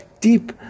deep